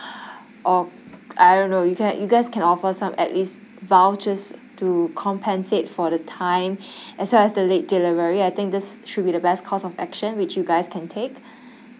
or I don't know you can you guys can offer some at least vouchers to compensate for the time as well as the late delivery I think this should be the best course of action which you guys can take